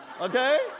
okay